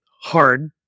hard